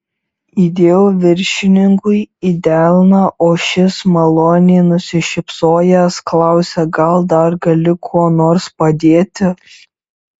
įdėjau viršininkui į delną o šis maloniai nusišypsojęs klausė gal dar gali kuo nors padėti